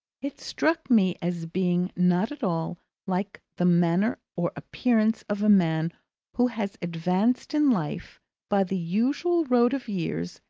it struck me as being not at all like the manner or appearance of a man who had advanced in life by the usual road of years,